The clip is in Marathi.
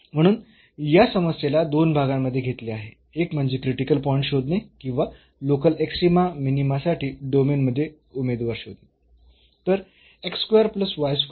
म्हणून या समस्येला दोन भागांमध्ये घेतले आहे एक म्हणजे क्रिटिकल पॉईंट्स शोधणे किंवा लोकल एक्स्ट्रीमा मिनीमासाठी डोमेन मध्ये उमेदवार शोधणे